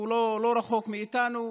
לא רחוק מאיתנו,